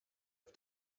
auf